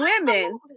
women